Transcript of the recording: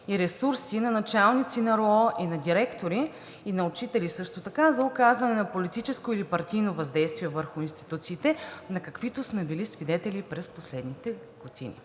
и ресурси на началници на РУО и на директори, и на учители също така, за оказване на политическо или партийно въздействие върху институциите, на каквито сме били свидетели през последните години.